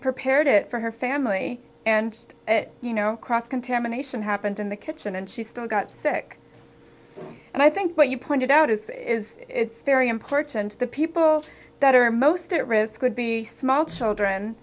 prepared it for her family and you know cross contamination happened in the kitchen and she still got sick and i think what you pointed out is is it's very important the people that are most at risk would be small children